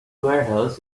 warehouse